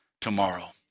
tomorrow